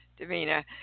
Davina